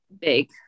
Big